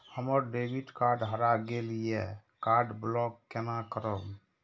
हमर debit card हरा गेल ये कार्ड ब्लॉक केना करब?